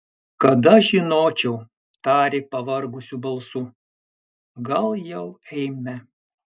kad aš žinočiau tarė pavargusiu balsu gal jau eime